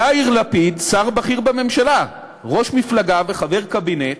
יאיר לפיד, שר בכיר בממשלה, ראש מפלגה וחבר קבינט,